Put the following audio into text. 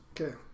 Okay